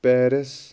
Paris